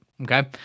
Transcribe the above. okay